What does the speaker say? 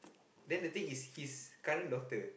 then the thing is his current daughter